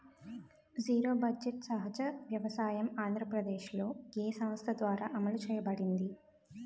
Zero budget సహజ వ్యవసాయం ఆంధ్రప్రదేశ్లో, ఏ సంస్థ ద్వారా అమలు చేయబడింది?